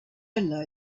low